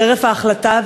חרף ההחלטה,